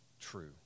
true